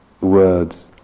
words